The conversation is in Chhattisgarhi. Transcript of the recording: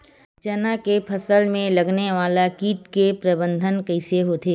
चना के फसल में लगने वाला कीट के प्रबंधन कइसे होथे?